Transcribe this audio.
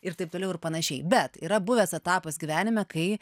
ir taip toliau ir panašiai bet yra buvęs etapas gyvenime kai